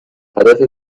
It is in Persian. هدف